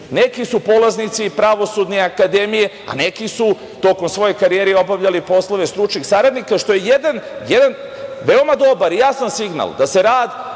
neki su polaznici pravosudne akademije, a neki su tokom svoje karijere obavljali i poslove stručnih saradnika, što je jedan dobar i jasan signal da se rad